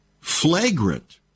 Flagrant